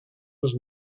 els